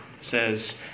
says